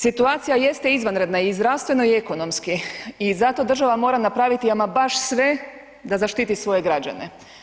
Situacija jeste izvanredna i zdravstveno i ekonomski i zato država mora napraviti ama baš sve da zaštiti svoje građane.